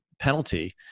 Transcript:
penalty